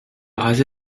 rasé